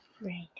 Right